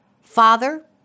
Father